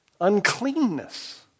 uncleanness